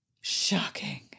Shocking